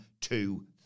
two